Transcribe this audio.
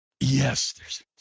Yes